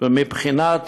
ומבחינת